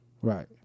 Right